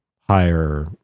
higher